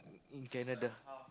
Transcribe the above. in Canada